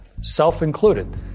self-included